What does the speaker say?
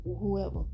whoever